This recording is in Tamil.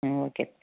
ம் ஓகே